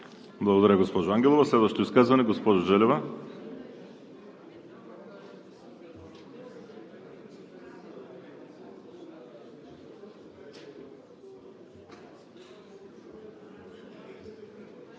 Благодаря, госпожо Ангелова. Следващо изказване – госпожа Желева. ВИОЛЕТА